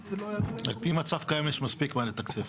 על פי המצב הקיים יש מספיק מה לתקצב.